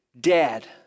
dead